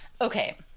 okay